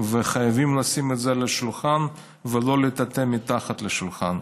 וחייבים לשים את זה על השולחן ולא לטאטא מתחת לשולחן.